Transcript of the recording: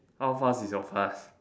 how fast is your fast